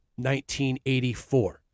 1984